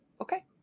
okay